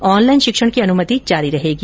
online शिक्षण की अनुमति जारी रहेगी